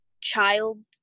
child